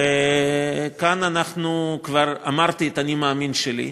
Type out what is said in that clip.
וכאן כבר אמרתי את ה"אני מאמין" שלי,